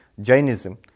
Jainism